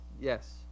yes